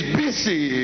busy